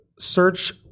search